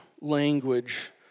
language